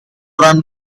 run